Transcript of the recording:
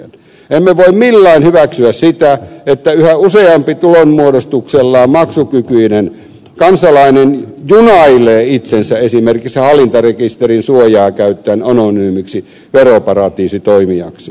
emme voi millään hyväksyä sitä että yhä useampi tulonmuodostuksellaan maksukykyinen kansalainen junailee itsensä esimerkiksi hallintarekisterin suojaa käyttäen anonyymiksi veroparatiisitoimijaksi